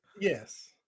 Yes